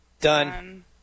Done